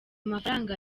mafaranga